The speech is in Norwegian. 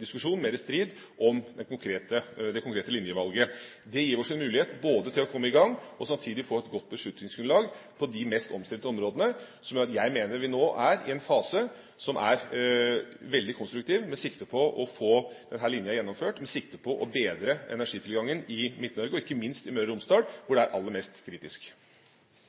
diskusjon – mer strid – om det konkrete linjevalget. Det gir oss en mulighet både til å komme i gang og samtidig få et godt beslutningsgrunnlag for de mest omstridte områdene, som gjør at jeg mener at vi nå er i en fase som er veldig konstruktiv med sikte på å få denne linja gjennomført for å bedre energitilgangen i Midt-Norge, og ikke minst i Møre og Romsdal, hvor det er aller mest kritisk.